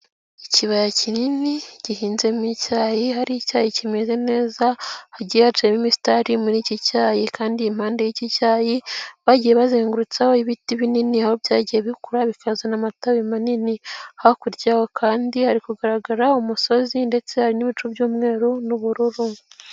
Ikibaya kinini gihinzemo icyayi, hari icyayi kimeze neza hagiye haciyemo imisitari muri iki cyayi kandi impande y'iki cyayi bagiye bazengurutsaho ibiti binini, aho byagiye bikura bikazana amatabi manini, hakurya y'aho kandi hari kugaragara umusozi ndetse hari n'ibicu by'umweru n'ubururu.